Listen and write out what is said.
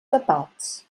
tapats